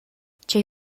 tgei